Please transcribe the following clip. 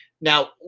Now